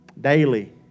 Daily